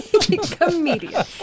Comedian